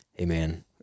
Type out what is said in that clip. Amen